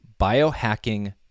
biohacking